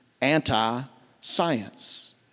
anti-science